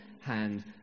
hand